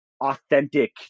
authentic